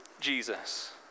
Jesus